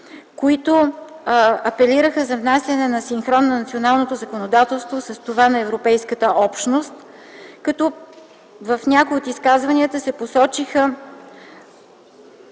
които апелираха за внасяне на синхрон на националното законодателство с това на Европейската общност, като в някои от изказванията се посочиха